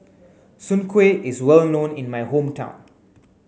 Soon Kuih is well known in my hometown